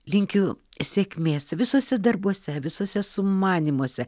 linkiu sėkmės visuose darbuose visuose sumanymuose